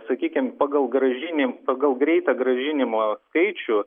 sakykim pagal grąžinim pagal greitą grąžinimo skaičių